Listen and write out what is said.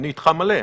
אני איתך מלא.